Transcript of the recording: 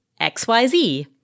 XYZ